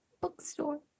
Bookstore